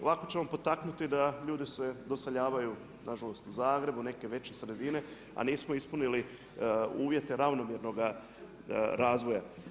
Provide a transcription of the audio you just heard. Ovako ćemo potaknuti da ljudi se doseljavaju nažalost u Zagrebu, neke veće sredine, a nismo ispunili uvjete ravnomjernoga razvoja.